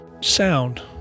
sound